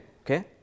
okay